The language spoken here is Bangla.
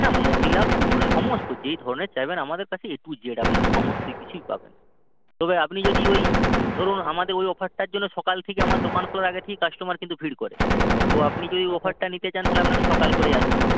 হ্যাঁ মহিলা পুরুষ সমস্ত যেই ধরনের চাইবেন আমাদের কাছে এ টু জেড আপনি সমস্ত কিছুই পাবেন তবে আপনি যদি ওই ধরুন আমাদের ওই অফারটার জন্য সকাল থেকে আমার দোকান খোলার আগে থেকে কাস্টোমার কিন্তু ভিড় করে তো আপনি যদি ওই অফারটা নিতে চান তাহলে আপনাকে সকাল করেই আসতে হবে